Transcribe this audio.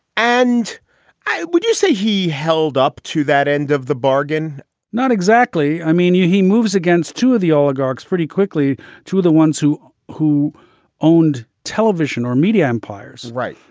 and i would just say he held up to that end of the bargain not exactly. i mean, you he moves against two of the oligarchs pretty quickly to the ones who who owned television or media empires. right.